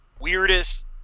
weirdest